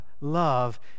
love